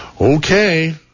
Okay